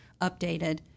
updated